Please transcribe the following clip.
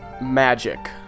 Magic